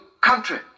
country